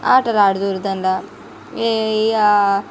ఆటలు ఆడుతుండ్రు దానిలో ఏ ఇగ